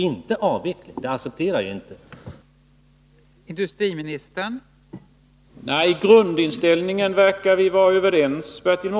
En avveckling accepterar jag således inte.